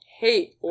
hate